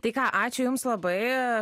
tai ką ačiū jums labai